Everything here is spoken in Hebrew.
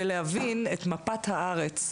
מתחילים בלהבין את מפת הארץ,